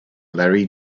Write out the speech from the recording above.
larry